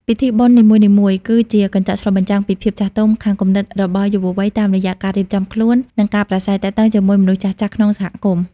ពិធីបុណ្យនីមួយៗគឺជា "កញ្ចក់ឆ្លុះបញ្ចាំង" ពីភាពចាស់ទុំខាងគំនិតរបស់យុវវ័យ តាមរយៈការរៀបចំខ្លួន និងការប្រាស្រ័យទាក់ទងជាមួយមនុស្សចាស់ៗក្នុងសហគមន៍។